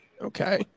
Okay